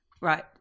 right